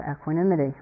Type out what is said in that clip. equanimity